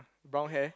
brown hair